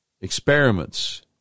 experiments